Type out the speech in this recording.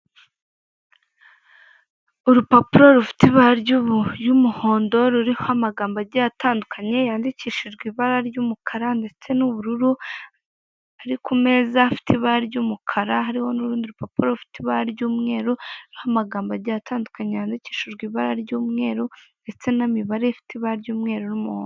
Urupapuro rufite ibara ry'umuhondo ruriho amagambo agiye atandukanye yandikishijwe ibara ry'umukara ndetse n'ubururu ruri ku meza ifite ibara ry'umukara hariho urundi rupapuro rufite ibara ry'umweru n'amagambo agiye atandukanye yandikishijwe ibara ry'umweru ndetse n'imibare ifite ibara ry'umweru n'umuhondo.